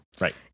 Right